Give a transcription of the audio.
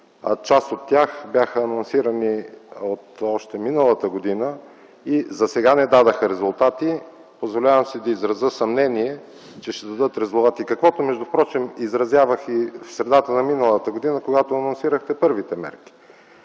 част от тях бяха анонсирани още миналата година и засега не дадоха резултати. Позволявам си да изразя съмнение, че ще дадат резултати, каквото впрочем изразявах и в средата на миналата година, когато анонсирахте първите мерки.